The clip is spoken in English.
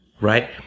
Right